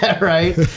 right